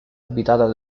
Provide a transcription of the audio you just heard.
abitata